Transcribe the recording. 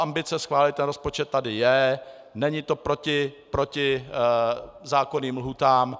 Ambice schválit rozpočet tady je, není to proti zákonným lhůtám.